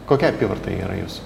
kokia apyvarta yra jūsų